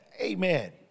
amen